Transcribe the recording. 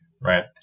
Right